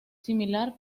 similar